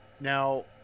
Now